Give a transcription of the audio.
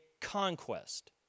conquest